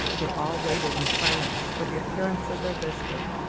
they all waited in silence for the appearance of their visitor.